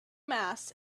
mass